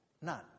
None